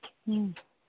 ꯎꯝ